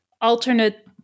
alternate